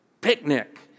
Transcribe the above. picnic